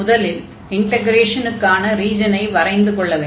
முதலில் இன்டக்ரேஷனுக்கான ரீஜனை வரைந்து கொள்ள வேண்டும்